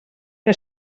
que